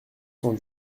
cent